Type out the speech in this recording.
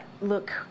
look